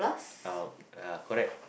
uh uh correct